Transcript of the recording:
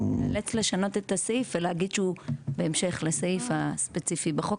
אנחנו נאלץ לשנות את הסעיף ולהגיד שהוא בהמשך לסעיף הספציפי בחוק,